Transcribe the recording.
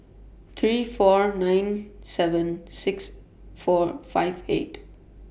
three four nine seven six four five eight